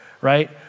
right